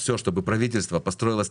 אחר כך נעבור לדיון שהוא יותר אסטרטגי.